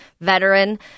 veteran